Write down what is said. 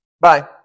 Bye